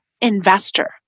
investor